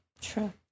true